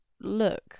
look